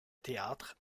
théâtre